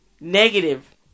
negative